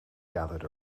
gathered